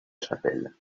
chapelle